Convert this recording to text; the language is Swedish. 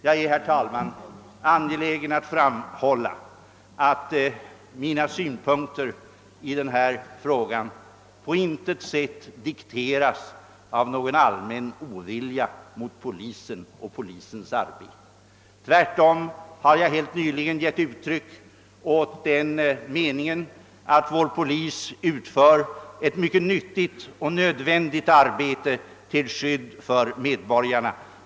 Jag är, herr talman, angelägen att framhålla att mina synpunkter i den här frågan på intet sätt dikteras av någon allmän ovilja mot polisen och dess arbete. Tvärtom har jag helt nyligen gett uttryck för den meningen, att vår polis utför ett mycket nyttigt och nödvändigt arbete till skydd för medborgarna.